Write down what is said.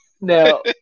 now